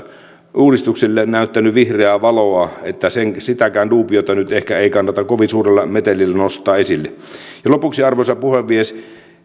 uudistukselle näyttänyt vihreää valoa niin että sitäkään duubiota nyt ehkä ei kannata kovin suurella metelillä nostaa esille lopuksi arvoisa puhemies